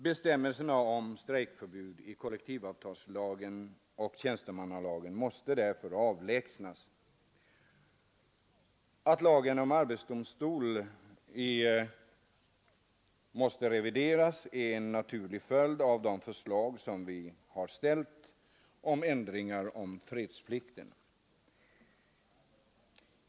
Bestämmelserna om strejkförbud i kollektivavtalslagen och tjänstemannalagen måste därför avlägsnas, och att lagen om arbetsdomstol måste revideras är en naturlig följd av de förslag vi har lagt fram om ändringar beträffande fredsplikten.